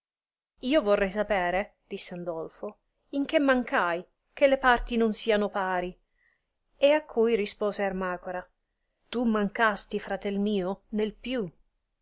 io vorrei sapere disse andolfo in che mancai che le parti non siano pari a cui rispose ermacora tu mancasti fratel mio nel più